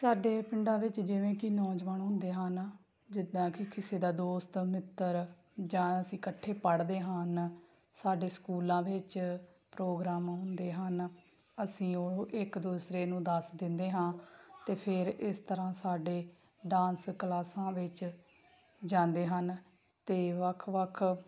ਸਾਡੇ ਪਿੰਡਾਂ ਵਿੱਚ ਜਿਵੇਂ ਕਿ ਨੌਜਵਾਨ ਹੁੰਦੇ ਹਨ ਜਿੱਦਾਂ ਕਿ ਕਿਸੇ ਦਾ ਦੋਸਤ ਮਿੱਤਰ ਜਾਂ ਅਸੀਂ ਇਕੱਠੇ ਪੜ੍ਹਦੇ ਹਨ ਸਾਡੇ ਸਕੂਲਾਂ ਵਿੱਚ ਪ੍ਰੋਗਰਾਮ ਹੁੰਦੇ ਹਨ ਅਸੀਂ ਉਹ ਇੱਕ ਦੂਸਰੇ ਨੂੰ ਦੱਸ ਦਿੰਦੇ ਹਾਂ ਅਤੇ ਫਿਰ ਇਸ ਤਰ੍ਹਾਂ ਸਾਡੇ ਡਾਂਸ ਕਲਾਸਾਂ ਵਿੱਚ ਜਾਂਦੇ ਹਨ ਅਤੇ ਵੱਖ ਵੱਖ